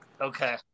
Okay